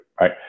right